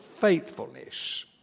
faithfulness